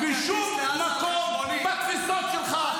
אני גם בטוח, עם הגזענות שלך,